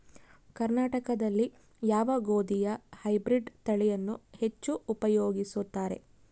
ಕರ್ನಾಟಕದಲ್ಲಿ ಯಾವ ಗೋಧಿಯ ಹೈಬ್ರಿಡ್ ತಳಿಯನ್ನು ಹೆಚ್ಚು ಉಪಯೋಗಿಸುತ್ತಾರೆ?